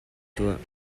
tuah